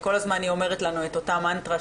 כל הזמן היא אומרת לנו את אותה מנטרה,